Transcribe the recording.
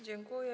Dziękuję.